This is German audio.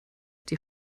die